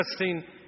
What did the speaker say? interesting